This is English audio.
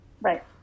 Right